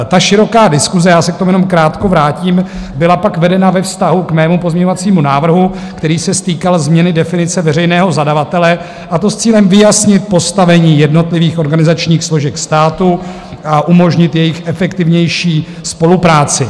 Ta široká diskuse, já se k tomu jenom krátko vrátím, byla pak vedena ve vztahu k mému pozměňovacímu návrhu, který se týkal změny definice veřejného zadavatele, a to s cílem vyjasnit postavení jednotlivých organizačních složek státu a umožnit jejich efektivnější spolupráci.